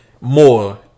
more